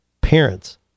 parents